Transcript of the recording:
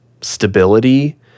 stability